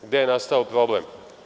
Gde je nastao problem?